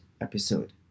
episode